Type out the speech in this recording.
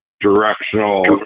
directional